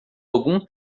algum